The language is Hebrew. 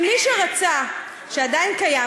שמי שרצה שעדיין קיים,